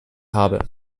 habe